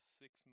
six